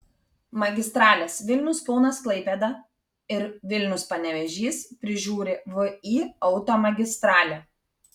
magistrales vilnius kaunas klaipėda ir vilnius panevėžys prižiūri vį automagistralė